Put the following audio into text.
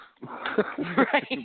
Right